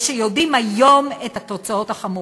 ויודעים היום את התוצאות החמורות?